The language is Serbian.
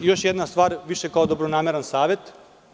Još jedna stvar, više kao dobronamerni savet.